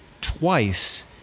twice